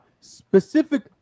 specific